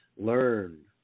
Learn